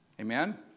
Amen